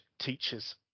teachers